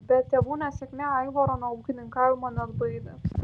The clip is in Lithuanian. bet tėvų nesėkmė aivaro nuo ūkininkavimo neatbaidė